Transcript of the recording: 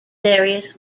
various